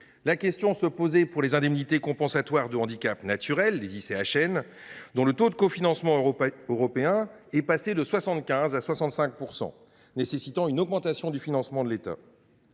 La question se posait pour les indemnités compensatoires de handicaps naturels, les ICHN, dont le taux de cofinancement européen est passé de 75 % à 65 %, nécessitant une augmentation du financement de l’État.